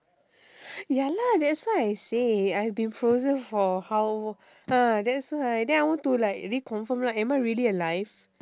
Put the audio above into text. ya lah that's why I said I have been frozen for how ah that's why I want to reconfirm ah am I really alive